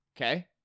Okay